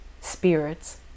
spirits